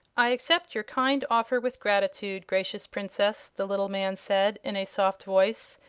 i accept your kind offer with gratitude, gracious princess, the little man said, in a soft voice,